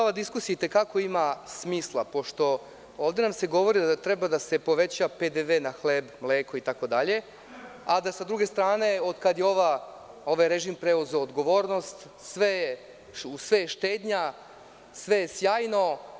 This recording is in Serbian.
Ova diskusija i te kako ima smisla, pošto nam se ovde govori da treba da se poveća PDV na hleb, mleko, itd, a da sa druge strane od kad je ovaj režim preuzeo odgovornost sve je štednja, sve je sjajno.